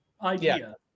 idea